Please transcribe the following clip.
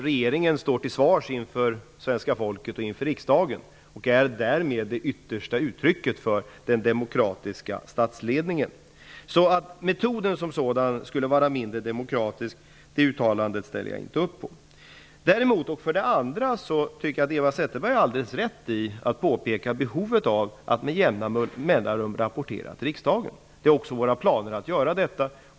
Regeringen står till svars inför svenska folket och inför riksdagen. Därmed är den det yttersta uttrycket för den demokratiska statsledningen. Jag ställer inte upp på uttalandet att metoden som sådan skulle vara mindre demokratisk. Däremot tycker jag att Eva Zetterberg gör alldeles rätt i att påpeka behovet av att med jämna mellanrum rapportera till riksdagen. Det är också våra planer att göra detta.